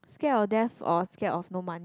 scared of death or scared of no money